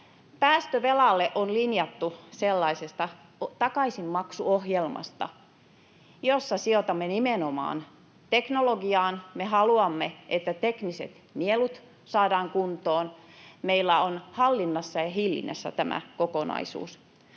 päästövelalle on linjattu sellaisesta takaisinmaksuohjelmasta, jossa sijoitamme nimenomaan teknologiaan. Me haluamme, että tekniset nielut saadaan kuntoon. Meillä on hallinnassa ja hillinnässä tämä kokonaisuus.